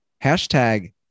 Hashtag